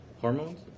Hormones